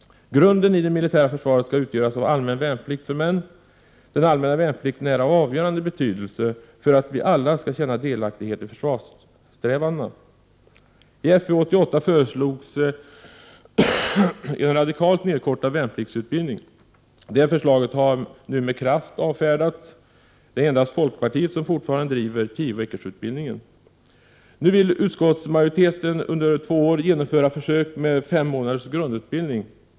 Grunden i det militära försvaret skall utgöras av allmän värnplikt för män. Den allmänna värnplikten är av avgörande betydelse för att vi alla skall känna delaktighet i försvarssträvandena. I FU 88 föreslogs en radikalt nedkortad värnpliktsutbildning. Det förslaget har nu med kraft avfärdats. Det är endast folkpartiet som fortfarande driver tioveckorsutbildningen. Nu vill utskottsmajoriteten under två år genomföra försök med fem månaders grundutbildning.